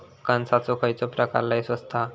कणसाचो खयलो प्रकार लय स्वस्त हा?